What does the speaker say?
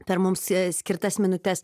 per mums skirtas minutes